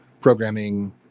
programming